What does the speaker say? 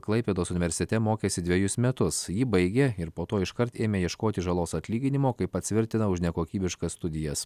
klaipėdos universitete mokėsi dvejus metus jį baigė ir po to iškart ėmė ieškoti žalos atlyginimo kaip pats tvirtina už nekokybiškas studijas